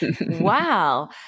wow